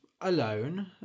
alone